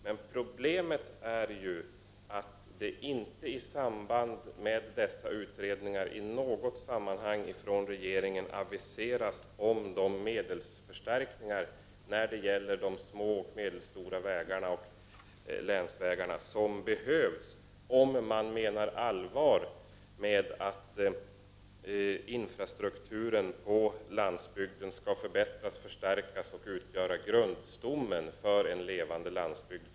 Men problemet är ju att det i samband med dessa utredningar inte i något sammanhang från regeringen har aviserats om medelsförstärkningar när det gäller de små och medelstora vägarna och länsvägarna som behövs om regeringen menar allvar med att infrastrukturen på landsbygden skall förbättras och förstärkas och utgöra grundstommen för en levande landsbygd.